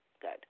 good